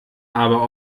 aber